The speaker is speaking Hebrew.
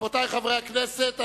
רבותי חברי הכנסת,